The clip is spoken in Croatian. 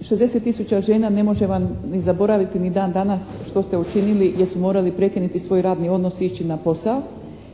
60 tisuća žena ne može vam ni zaboraviti ni dan danas što ste učinili jer su morali prekinuti svoj radni odnos i ići na posao.